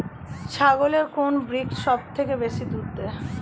ছাগলের কোন ব্রিড সবথেকে বেশি দুধ দেয়?